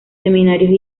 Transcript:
seminarios